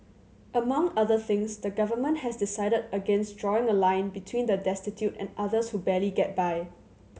among other things the government has decided against drawing a line between the destitute and others who barely get by